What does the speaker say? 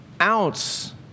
ounce